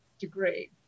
degree